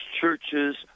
churches